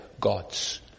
gods